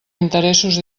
interessos